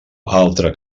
altra